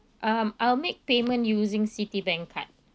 um I'll make payment using citibank card